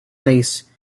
lace